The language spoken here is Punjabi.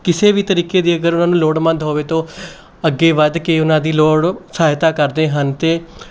ਕਿਸੇ ਵੀ ਤਰੀਕੇ ਦੀ ਅਗਰ ਉਹਨਾਂ ਨੂੰ ਲੋੜਵੰਦ ਹੋਵੇ ਤਾਂ ਅੱਗੇ ਵੱਧ ਕੇ ਉਹਨਾਂ ਦੀ ਲੋੜ ਸਹਾਇਤਾ ਕਰਦੇ ਹਨ ਅਤੇ